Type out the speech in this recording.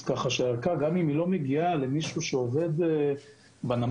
גם אם הערכה לא מגיעה למישהו שעובד בנמל,